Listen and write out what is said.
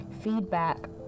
feedback